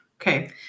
Okay